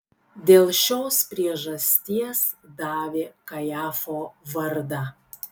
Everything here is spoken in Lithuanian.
dėl šios priežasties davė kajafo vardą